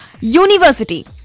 university।